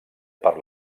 per